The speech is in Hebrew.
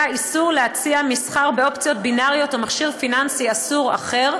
איסור להציע מסחר באופציות בינאריות או במכשיר פיננסי אסור אחר,